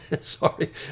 sorry